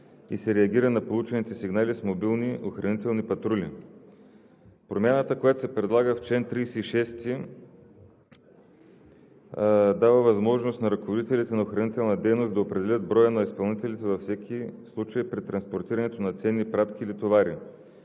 и се реагира на получените сигнали с мобилни охранителни патрули. Промяната, която се предлага в чл. 36 от ЗЧОД, дава възможност на ръководителите на охранителна дейност да определят броя на изпълнителите във всеки случай при транспортирането на ценни пратки или товари.